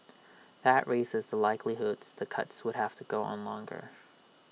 that has raises the likelihood the cuts would have to go on longer